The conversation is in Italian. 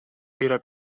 era